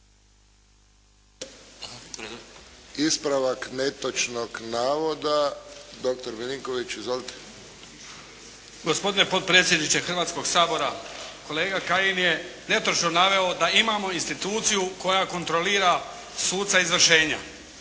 ispravak netočnog navoda, dr. Milinković. Izvolite. **Milinković, Stjepan (HDZ)** Gospodine potpredsjedniče Hrvatskog sabora, kolega Kajin je netočno naveo da imamo instituciju koja kontrolira suca izvršenja.